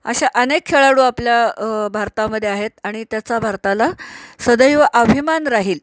अशा अनेक खेळाडू आपल्या भारतामध्ये आहेत आणि त्याचा भारताला सदैव अभिमान राहील